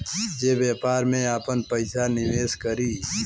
जे व्यापार में आपन पइसा निवेस करी